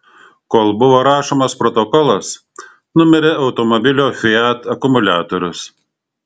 kol buvo rašomas protokolas numirė automobilio fiat akumuliatorius